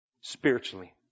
Spiritually